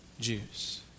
Jews